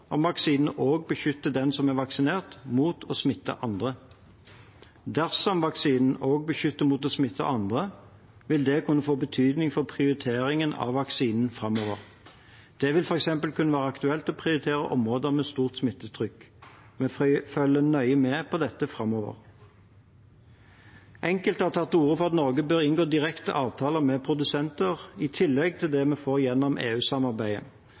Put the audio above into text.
om vaksinene også beskytter den som er vaksinert, mot å smitte andre. Dersom vaksinen også beskytter mot å smitte andre, vil det kunne få betydning for prioritering av vaksinen framover. Det vil f.eks. kunne være aktuelt å prioritere områder med stort smittetrykk. Vi følger nøye med på dette framover. Enkelte har tatt til orde for at Norge bør inngå direkte avtaler med produsenter, i tillegg til det vi får gjennom